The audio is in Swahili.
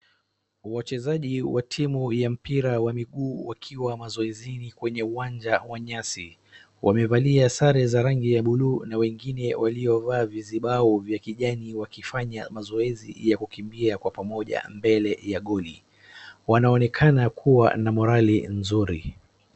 Wachezaji wa timu ya mpira wa miguu wakiwa mazoezini wakiwa kwenye uwanja wa nyasi .Wamevalia sare za rangi ya blue na wengine waliovaa vizibao vya kijani wakifanya mazoezi ya kukiimbia kwa pamoja mbele ya goli. Wanaonekana kuwa na morali mzuri.